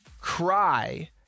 cry